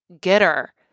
getter